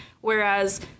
Whereas